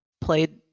played